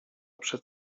przed